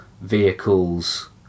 vehicles